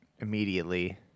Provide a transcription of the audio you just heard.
immediately